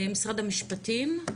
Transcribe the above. ממשרד המשפטים.